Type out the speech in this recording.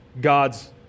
God's